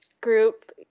group